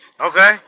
okay